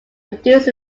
produced